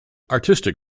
artistic